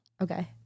Okay